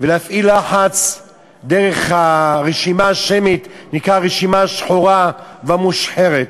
ולהפעיל לחץ דרך הרשימה השמית שנקראת הרשימה השחורה והמושחרת.